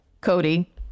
Cody